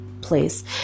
place